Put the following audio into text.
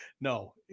No